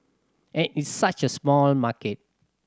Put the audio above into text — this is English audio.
and it's such a small market